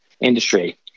industry